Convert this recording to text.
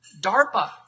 DARPA